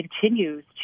continues